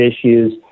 issues